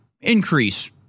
increase